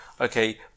okay